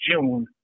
June